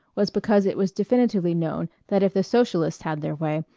was because it was definitely known that if the socialists had their way,